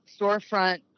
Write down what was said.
storefront